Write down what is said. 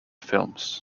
films